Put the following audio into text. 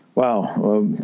Wow